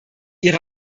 ihre